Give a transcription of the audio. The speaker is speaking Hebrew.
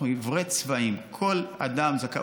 אנחנו עיוורי צבעים, כל אדם זכאי.